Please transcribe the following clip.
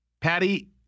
Patty